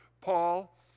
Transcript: Paul